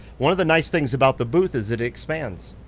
one of the nice things about the booth is it expands.